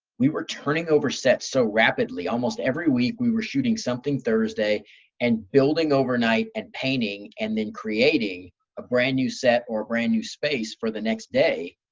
we were turning over sets so rapidly. almost every week we were shooting something thursday and building overnight and painting and then creating a brand new set or brand new space for the next day.